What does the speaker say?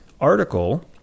article